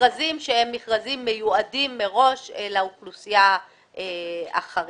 למכרזים שהם מכרזים מיועדים מראש לאוכלוסייה החרדית.